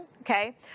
okay